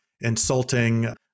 insulting